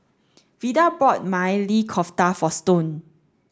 Vida bought Maili Kofta for Stone